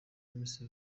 miss